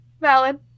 valid